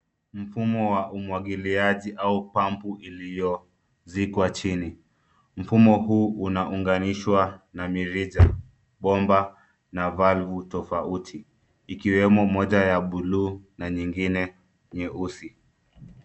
Mfumo wa umwagiliaji au pump iliyozikwa chini. Mfumo huu unaunganishwa na mirija, bomba na valve tofauti ikiwemo moja ya bluu na nyingine nyeusi.